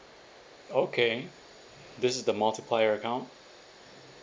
okay this is the multiplier account